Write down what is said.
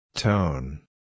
Tone